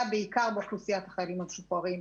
בעיקר באוכלוסיית החיילים המשוחררים.